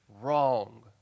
wrong